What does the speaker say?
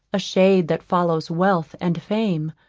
a shade that follows wealth and fame,